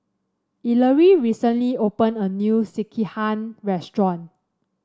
Ellery recently opened a new Sekihan Restaurant